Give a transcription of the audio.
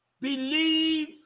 Believe